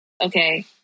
okay